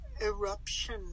eruption